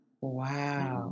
Wow